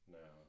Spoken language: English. no